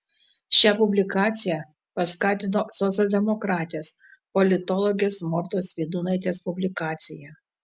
šią publikaciją paskatino socialdemokratės politologės mortos vydūnaitės publikacija